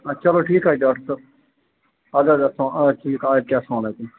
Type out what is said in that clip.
چَلوٹھیٖک حَظ چھُ ڈَاکٹَر صٲب